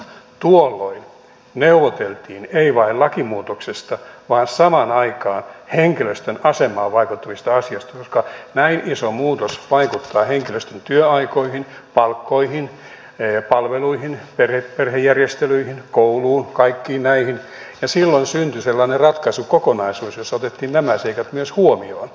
tuolloin neuvoteltiin ei vain lakimuutoksesta vaan samaan aikaan henkilöstön asemaan vaikuttavista asioista koska näin iso muutos vaikuttaa henkilöstön työaikoihin palkkoihin palveluihin perhejärjestelyihin kouluun kaikkiin näihin ja silloin syntyi sellainen ratkaisukokonaisuus jossa otettiin nämä seikat myös huomioon